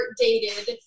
dated